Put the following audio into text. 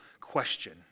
question